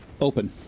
open